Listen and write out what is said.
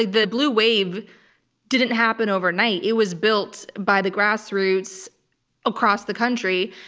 the blue wave didn't happen overnight. it was built by the grassroots across the country,